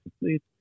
complete